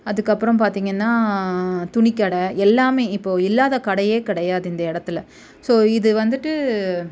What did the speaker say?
அதுக்கப்புறம் பார்த்திங்கன்னா துணி கட எல்லாமே இப்போது இல்லாத கடையே கிடையாது இந்த இடத்துல ஸோ இது வந்துவிட்டு